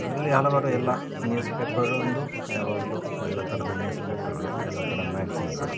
ಅದರಲ್ಲಿ ಹಲವಾರು ಎಲ್ಲ ನ್ಯೂಸ್ಪೇಪರ್ ಒಂದು ಯಾವಾಗಲೂ ಎಲ್ಲ ಥರದ ನ್ಯೂಸ್ಪೇಪರ್ಗಳು ಎಲ್ಲ ಥರ ಮ್ಯಾಗ್ಜೀನ್ಗಳು